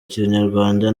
kinyarwanda